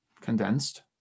condensed